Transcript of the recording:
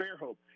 Fairhope